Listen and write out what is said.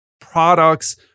products